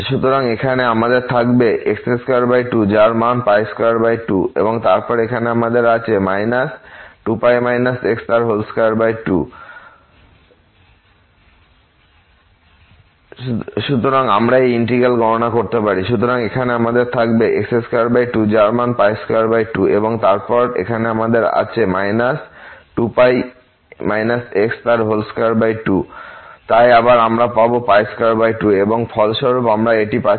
সুতরাং এখানে আমাদের থাকবে x22 যার মান 22 এবং তারপর এখানে আমাদের আছে 2π x22 তাই আবার আমরা পাবো 22 এবং ফলস্বরূপ আমরা এটি পাচ্ছি